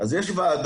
אז יש וועדה,